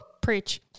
Preach